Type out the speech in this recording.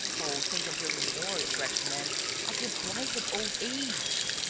oh, think of your remorse, wretched man, of your blighted old age.